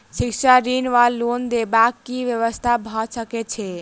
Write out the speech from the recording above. शिक्षा ऋण वा लोन देबाक की व्यवस्था भऽ सकै छै?